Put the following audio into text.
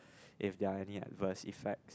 if they are any adverse effects